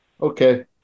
Okay